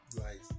Right